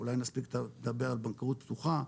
אולי נספיק לדבר על בנקאות פתוחה,